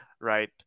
right